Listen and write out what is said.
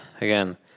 again